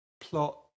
plot